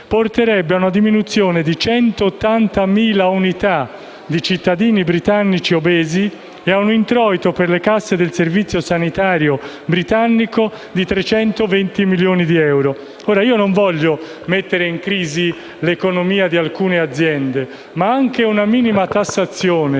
porterebbe a una diminuzione di 180.000 unità di cittadini britannici obesi e a un introito per le casse del Servizio sanitario britannico di 320 milioni di euro. Non voglio mettere in crisi l'economia di alcune aziende, ma sarebbe utile pensare